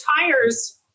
tires